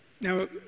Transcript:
Now